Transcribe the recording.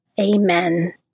Amen